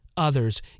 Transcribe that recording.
others